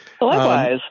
likewise